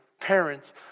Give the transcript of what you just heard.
parents